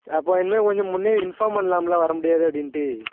அப்போ இனிமேல் கொஞ்சம் முன்னயே இன்ஃபார்ம் பண்ணலாம்ல வர முடியாது அப்படின்ட்டு